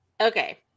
Okay